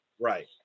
Right